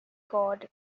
god